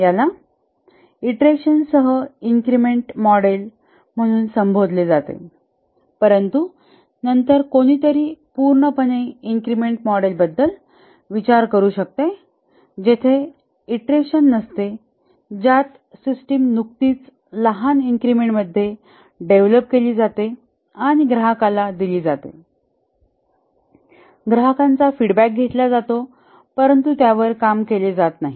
याला इटरेशनसह increment model म्हणून संबोधले जाते परंतु नंतर कोणीतरी पूर्णपणे इन्क्रिमेंट मॉडेलबद्दल विचार करू शकते जिथे इटरेशन नसते ज्यात सिस्टम नुकतीच लहान इन्क्रिमेंट मध्ये डेव्हलप केली जाते आणि ग्राहकाला दिली जाते ग्राहकांचा फीडबॅक घेतला जातो परंतु त्यावर काम केले जात नाही